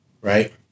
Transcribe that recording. right